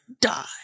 die